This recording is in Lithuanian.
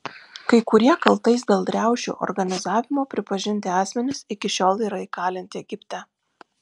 kai kurie kaltais dėl riaušių organizavimo pripažinti asmenys iki šiol yra įkalinti egipte